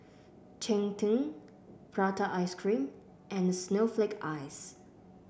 Cheng Tng Prata Ice Cream and Snowflake Ice